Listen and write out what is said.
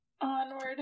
Onward